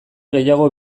gehiago